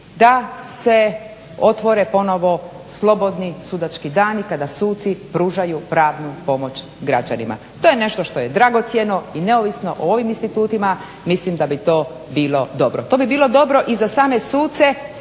da se otvore ponovo slobodni sudački dani kada suci pružaju pravnu pomoć građanima. To je nešto što je dragocjeno i neovisno o ovim institutima, mislim da bi to bilo dobro. To bi bilo dobro i za same suce